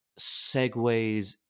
segues